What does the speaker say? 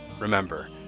remember